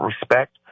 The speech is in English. respect